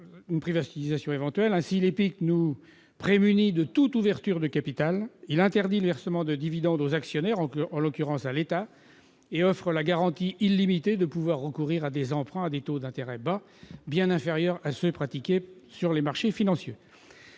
une privatisation éventuelle. Il nous prémunit ainsi contre toute ouverture de capital. Il interdit le versement de dividendes aux actionnaires, en l'occurrence, à l'État. Il offre la garantie illimitée de pouvoir recourir à des emprunts à des taux d'intérêt bas, bien inférieurs à ceux qui sont pratiqués sur les marchés financiers.